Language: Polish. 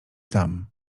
tam